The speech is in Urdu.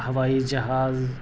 ہوائی جہاز